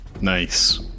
Nice